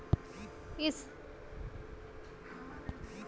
ई साल धान के रेट का रही लगभग कुछ अनुमान बा?